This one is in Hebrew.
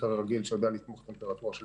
מקרר רגיל שיודע לתמוך בטמפרטורה של